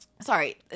Sorry